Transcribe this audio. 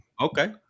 Okay